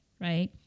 Right